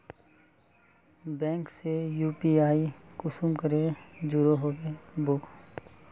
Bank से UPI कुंसम करे जुड़ो होबे बो?